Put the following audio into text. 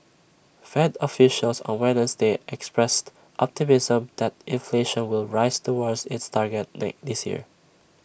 fed officials on Wednesday expressed optimism that inflation will rise toward its target they this year